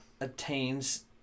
attains